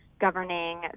governing